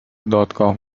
دادگاه